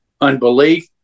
unbelief